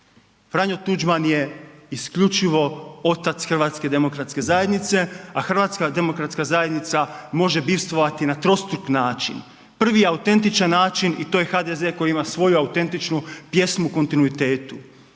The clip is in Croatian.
Franjo Tuđman je isključivo otac HDZ-a, a HDZ može bivstvovati na trostruk način. Prvi je autentičan način i to je HDZ koji ima svoju autentičnu pjesmu u kontinuitetu.